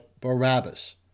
Barabbas